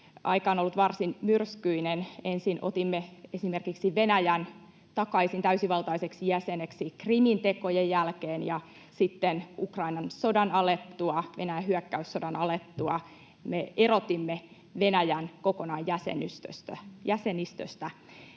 Aika on ollut varsin myrskyinen: ensin esimerkiksi otimme Venäjän takaisin täysivaltaiseksi jäseneksi Krimin tekojen jälkeen ja sitten Ukrainan sodan alettua, Venäjän hyökkäyssodan alettua, me erotimme Venäjän kokonaan jäsenistöstä.